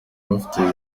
bafite